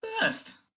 best